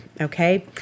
Okay